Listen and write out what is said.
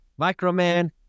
Microman